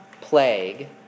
plague